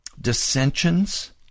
dissensions